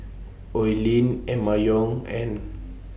Oi Lin Emma Yong and